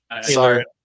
Sorry